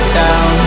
down